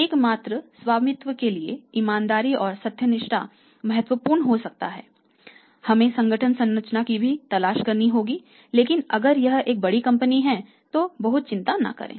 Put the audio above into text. एकमात्र स्वामित्व के लिए ईमानदारी और सत्यनिष्ठा महत्वपूर्ण हो जाता है हमें संगठन संरचना की भी तलाश करनी होगी लेकिन अगर यह एक बड़ी कंपनी है तो बहुत चिंता न करें